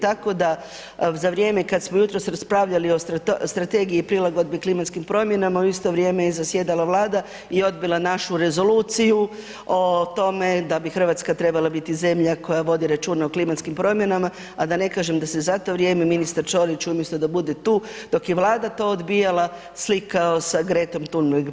Tako da za vrijeme kada smo jutros raspravljali o Strategiji prilagodbe klimatskim promjenama u isto vrijeme je zasjedala Vlada i odbila našu Rezoluciju o tome da bi Hrvatska trebala biti zemlja koja vodi računa o klimatskim promjenama, a da ne kažem da se za to vrijeme ministar Ćorić umjesto da bude tu dok je Vlada to odbijala slikao sa Gretom Thunbeg.